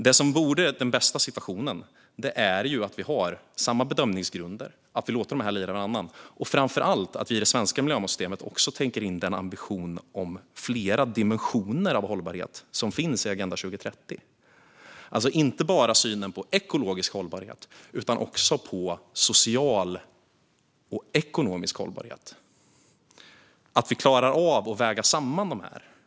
Det bästa vore att ha samma bedömningsgrunder och låta de här lira med varandra. Framför allt borde vi i det svenska miljömålssystemet också tänka in den ambition om flera dimensioner av hållbarhet som finns i Agenda 2030. Det handlar inte bara om ekologisk hållbarhet utan också om social och ekonomisk hållbarhet. Vi måste klara av att väga samman olika förutsättningar.